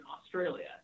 Australia